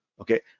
Okay